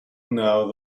now